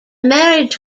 marriage